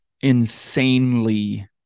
insanely